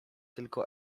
tylko